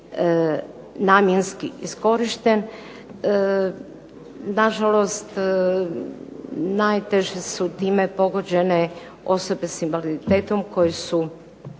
namjenski iskorišten. Na žalost najteže su time pogođene osobe s invaliditetom koje su